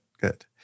good